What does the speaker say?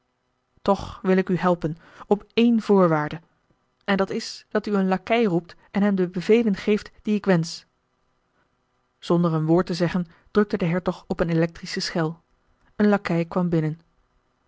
toch wil ik u helpen op één voorwaarde en dat is dat u een lakei roept en hem de bevelen geeft die ik wensch zonder een woord te zeggen drukte de hertog op een electrische schel een lakei kwam binnen